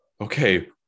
okay